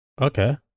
okay